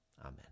Amen